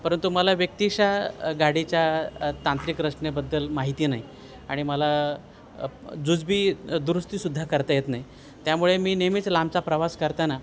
परंतु मला व्यक्तिशः गाडीच्या तांत्रिक रचनेबद्दल माहिती नाही आणि मला जुजबी दुरुस्तीसुद्धा करता येत नाही त्यामुळे मी नेहमीच लांबचा प्रवास करताना